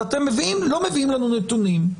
אז אתם לא מביאים לנו נתונים.